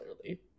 clearly